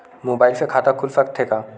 Mobile से खाता खुल सकथे का?